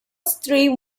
stream